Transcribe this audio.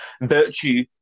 virtue